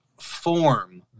form